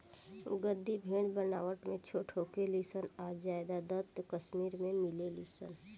गद्दी भेड़ बनावट में छोट होखे ली सन आ ज्यादातर कश्मीर में मिलेली सन